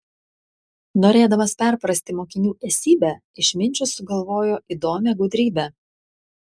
norėdamas perprasti mokinių esybę išminčius sugalvojo įdomią gudrybę